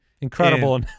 Incredible